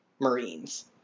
Marines